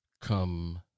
come